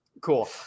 Cool